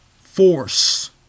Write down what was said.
force